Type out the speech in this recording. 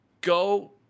go